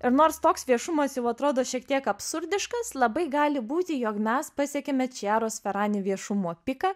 ir nors toks viešumas jau atrodo šiek tiek absurdiškas labai gali būti jog mes pasiekėme čiaros ferani viešumo piką